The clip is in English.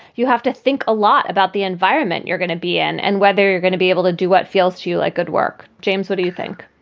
you have to think a lot about the environment you're going to be in and whether you're going to be able to do what feels to you like good work. james, what do you think?